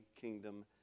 kingdom